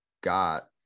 got